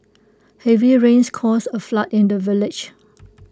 heavy rains caused A flood in the village